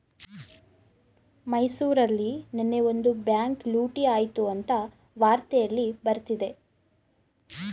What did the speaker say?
ಮೈಸೂರಲ್ಲಿ ನೆನ್ನೆ ಒಂದು ಬ್ಯಾಂಕ್ ಲೂಟಿ ಆಯ್ತು ಅಂತ ವಾರ್ತೆಲ್ಲಿ ಬರ್ತಿದೆ